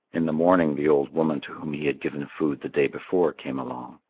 in the morning the old woman to whom he had given food the day before came along.